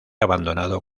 abandonado